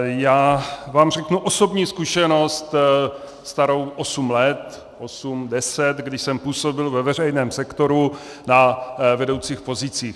Já vám řeknu osobní zkušenost starou osm let, osm, deset, když jsem působil ve veřejném sektoru na vedoucích pozicích.